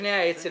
לפני האצ"ל